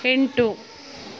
ಎಂಟು